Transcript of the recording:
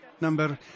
number